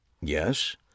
Yes